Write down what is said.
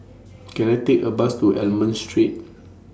Can I Take A Bus to Almond Street